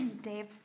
Dave